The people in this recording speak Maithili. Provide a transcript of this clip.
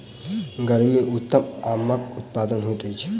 गर्मी मे उत्तम आमक उत्पादन होइत अछि